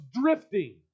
drifting